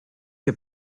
que